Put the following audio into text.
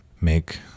make